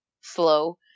slow